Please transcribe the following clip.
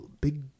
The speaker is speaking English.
big